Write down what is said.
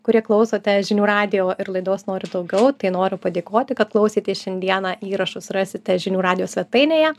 kurie klausote žinių radijo ir laidos noriu daugiau tai noriu padėkoti kad klausėtės šiandieną įrašus rasite žinių radijo svetainėje